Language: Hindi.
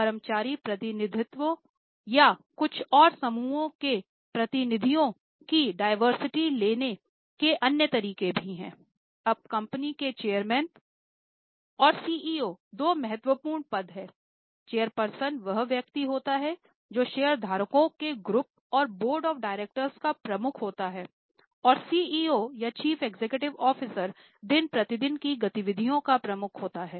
कर्मचारी प्रतिनिधियों या कुछ और समूहों के प्रतिनिधियों की डाइवर्सिटी दिन प्रतिदिन की गतिविधियों का प्रमुख होता है